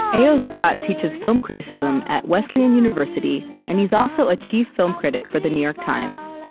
a o. scott teaches film criticism at wesleyan university and he's also a chief film critic for the new york times.